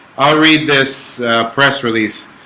i'll read this press release